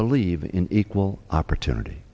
believe in equal opportunity